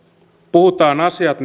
puhutaan asiat